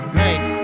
make